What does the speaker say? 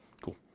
Cool